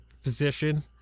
physician